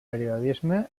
periodisme